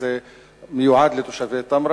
שזה מיועד לתושבי תמרה